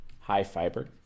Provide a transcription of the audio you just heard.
high-fiber